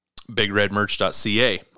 BigRedMerch.ca